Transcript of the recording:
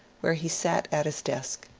where he sat at his desk.